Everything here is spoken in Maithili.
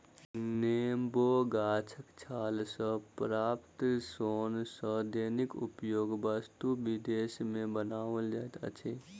नेबो गाछक छाल सॅ प्राप्त सोन सॅ दैनिक उपयोगी वस्तु विदेश मे बनाओल जाइत अछि